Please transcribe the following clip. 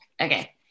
Okay